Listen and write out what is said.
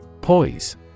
Poise